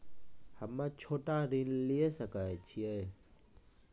हम्मे छोटा ऋण लिये सकय छियै?